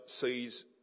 sees